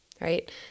right